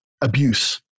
abuse